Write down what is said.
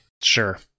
Sure